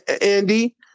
Andy